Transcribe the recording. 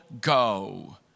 go